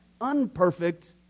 unperfect